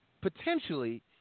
potentially